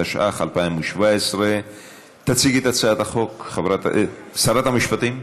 התשע"ח 2017. תציג את הצעת החוק שרת המשפטים?